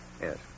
Yes